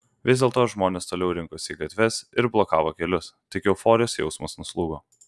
vis dėlto žmonės toliau rinkosi į gatves ir blokavo kelius tik euforijos jausmas nuslūgo